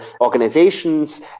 organizations